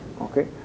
okay